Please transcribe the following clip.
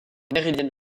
méridienne